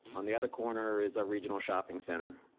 on the other corner is a regional shopping center.